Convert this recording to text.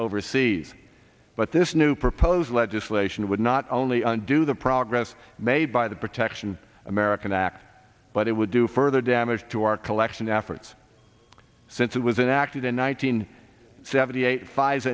overseas but this new proposed legislation would not only undo the progress made by the protection american act but it would do further damage to our collection efforts since it was an accident one thousand nine hundred seventy eight fi